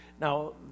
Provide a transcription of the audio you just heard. Now